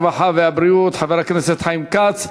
הרווחה והבריאות חבר הכנסת חיים כץ.